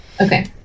Okay